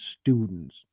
students